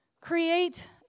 create